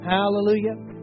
Hallelujah